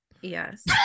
yes